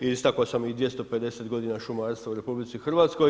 Istako sam i 250 godina šumarstva u RH.